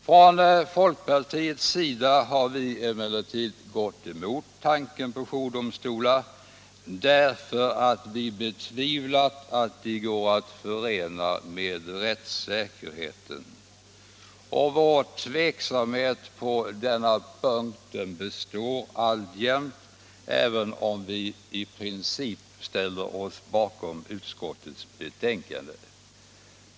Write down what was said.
Från folkpartiet har vi emellertid gått emot tanken på jourdomstolar, eftersom vi betvivlat att de går att förena med rättssäkerheten. Vår tveksamhet på denna punkt består alltjämt, även om vi ställer oss bakom utskottets betänkande.